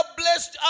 blessed